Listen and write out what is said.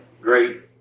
great